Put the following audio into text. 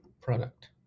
product